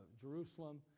Jerusalem